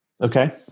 Okay